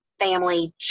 Family